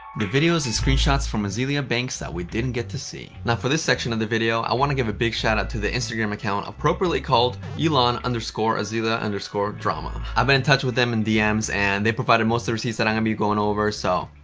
the videos and screenshots from azealia banks that we didn't get to see. now, for this section of the video, i want to give a big shout out to the instagram account appropriately called elon and so azealia and so drama. i've been in touch with them in dms and they provided mostly receipts that i'm gonna be going over so,